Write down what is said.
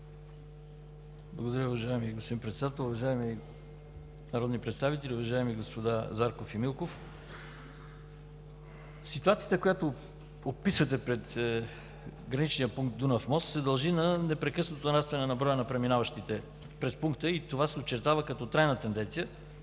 Благодаря, уважаеми господин Председател. Уважаеми народни представители! Уважаеми господа Зарков и Милков, ситуацията, която описвате пред граничния пункт „Дунав мост“, се дължи на непрекъснато нарастване на броя на преминаващите през пункта и това се очертава като трайна тенденция